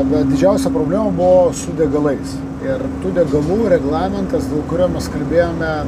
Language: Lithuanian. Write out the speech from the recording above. va didžiausia problemų buvo su degalais ir tų degalų reglamentas dėl kurio mes kalbėjome